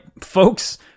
folks